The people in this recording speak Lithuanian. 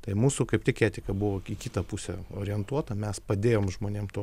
tai mūsų kaip tik etika buvo į kitą pusę orientuota mes padėjom žmonėm tuo